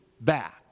back